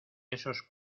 esos